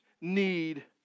need